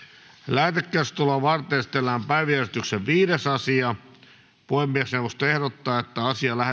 lähetekeskustelua varten esitellään päiväjärjestyksen viides asia puhemiesneuvosto ehdottaa että